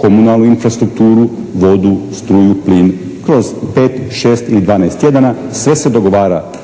Komunalnu infrastrukturu, vodu, struju, plin. Kroz 5, 6 ili 12 tjedana sve se dogovara.